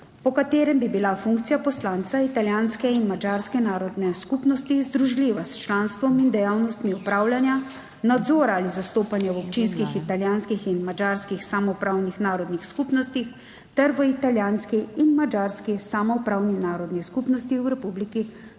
po katerem bi bila funkcija poslanca italijanske in madžarske narodne skupnosti združljiva s članstvom in dejavnostmi opravljanja nadzora ali zastopanja v občinskih italijanskih in madžarskih samoupravnih narodnih skupnostih ter v italijanski in madžarski samoupravni narodni skupnosti v Republiki Sloveniji,